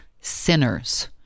sinners